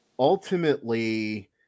Ultimately